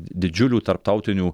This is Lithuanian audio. didžiulių tarptautinių